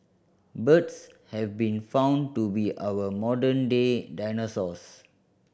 birds have been found to be our modern day dinosaurs